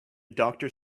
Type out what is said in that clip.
doctor